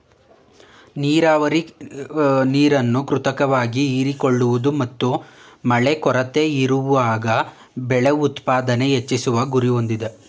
ನೀರಾವರಿ ನೀರನ್ನು ಕೃತಕವಾಗಿ ಹೀರಿಕೊಳ್ಳುವುದು ಮತ್ತು ಮಳೆ ಕೊರತೆಯಿರುವಾಗ ಬೆಳೆ ಉತ್ಪಾದನೆ ಹೆಚ್ಚಿಸುವ ಗುರಿ ಹೊಂದಿದೆ